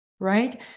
right